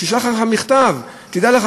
לשלוח לך מכתב: תדע לך,